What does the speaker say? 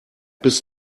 bis